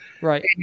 Right